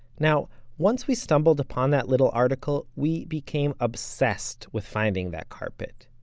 now once we stumbled upon that little article, we became obsessed with finding that carpet.